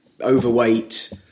overweight